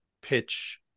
pitch